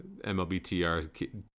MLBTR